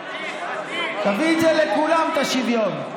תביא את זה לכולם, את השוויון.